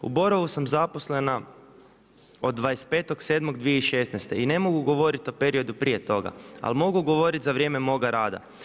U Borovu sam zaposlena od 25.7.2016. i ne mogu govoriti o periodu prije toga, ali mogu govoriti za vrijeme moga rada.